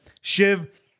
Shiv